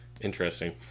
Interesting